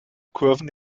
kurven